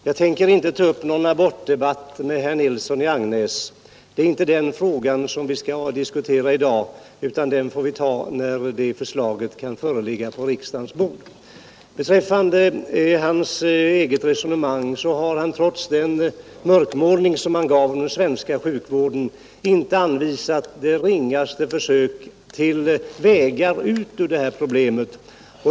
Herr talman! Jag tänker inte ta upp någon abortdebatt med herr Nilsson i Agnäs. Det är inte den frågan vi skall diskutera i dag. Den debatten får föras när förslaget till abortlagstiftning ligger på riksdagens bord. Beträffande sitt eget resonemang har herr Nilsson i Agnäs trots den mörkmålning han gav av den svenska sjukvården inte anvisat det ringaste försök till utvägar ur det problem det gäller.